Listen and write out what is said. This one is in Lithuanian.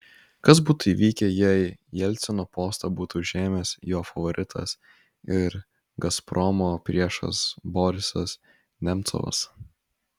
kas būtų įvykę jei jelcino postą būtų užėmęs jo favoritas ir gazpromo priešas borisas nemcovas